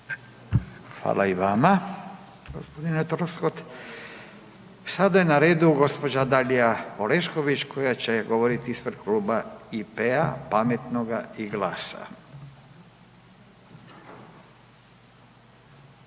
Hvala i vama gospodine Troskot. Sada je na redu gospođa Dalija Orešković koja će govoriti ispred Kluba IP-a, Pametnoga i GLAS-a.